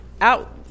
out